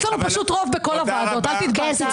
יש לנו פשוט רוב בכל הוועדות, אל תתבאסו.